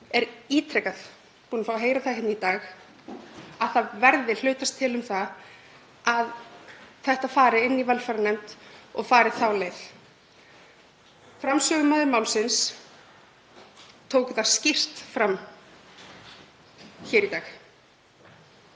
er ítrekað búinn að fá að heyra það hér í dag að það verður séð til þess að þetta fari inn í velferðarnefnd og fari þá leið. Framsögumaður málsins tók það skýrt fram hér í dag.